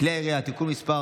כלי הירייה (תיקון מס'